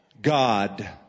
God